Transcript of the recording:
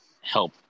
help